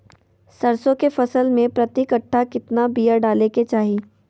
सरसों के फसल में प्रति कट्ठा कितना बिया डाले के चाही?